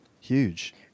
Huge